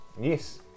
yes